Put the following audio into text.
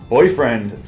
Boyfriend